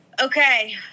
Okay